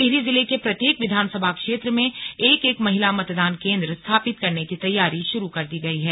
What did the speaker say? टिहरी जिले के प्रत्येक विधानसभा क्षेत्र में एक एक महिला मतदान केंद्र स्थापित करने की तैयारी शुरू कर दी गई है